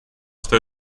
что